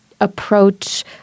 approach